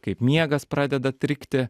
kaip miegas pradeda trikti